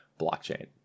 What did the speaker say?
blockchain